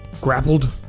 grappled